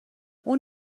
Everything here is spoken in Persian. اون